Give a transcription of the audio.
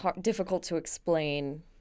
difficult-to-explain